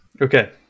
Okay